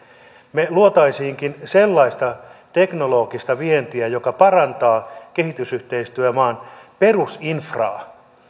me loisimmekin sellaista teknologista vientiä joka parantaa kehitysyhteistyömaan perusinfraa